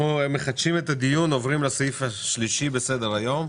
אנחנו עוברים לסעיף השלישי בסדר היום: